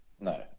No